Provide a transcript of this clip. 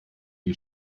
die